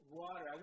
water